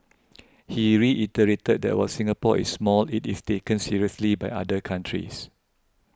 he reiterated that while Singapore is small it is taken seriously by other countries